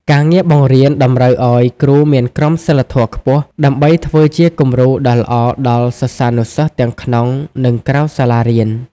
ការងារបង្រៀនតម្រូវឱ្យគ្រូមានក្រមសីលធម៌ខ្ពស់ ដើម្បីធ្វើជាគំរូដ៏ល្អដល់សិស្សានុសិស្សទាំងក្នុង និងក្រៅសាលារៀន។